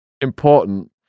important